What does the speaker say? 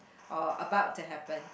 or about to happen